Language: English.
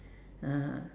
(uh huh)